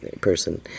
person